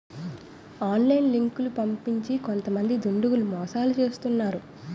online లింకులు పంపించి కొంతమంది దుండగులు మోసాలు చేస్తున్నారు